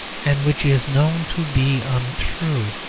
and which is known to be untrue.